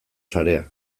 sarea